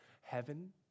heaven